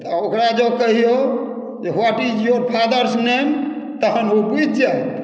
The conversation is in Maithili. तऽ ओकरा जॅं कहियौ what is your father's name तहन ओ बुझि जायत